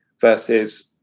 versus